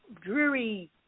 dreary